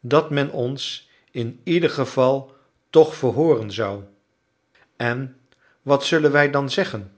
dat men ons in ieder geval toch verhooren zou en wat zullen wij dan zeggen